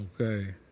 Okay